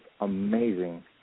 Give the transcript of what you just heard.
amazing